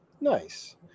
nice